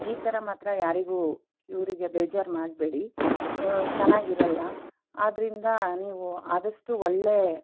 ಈ ಥರ ಮಾತ್ರ ಯಾರಿಗೂ ಇವರಿಗೆ ಬೇಜಾರು ಮಾಡಬೇಡಿ ಚೆನ್ನಾಗಿರಲ್ಲ ಆದ್ದರಿಂದ ನೀವು ಆದಷ್ಟು ಒಳ್ಳೆಯ